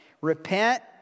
Repent